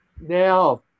Now